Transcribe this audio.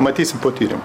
matysim po tyrimų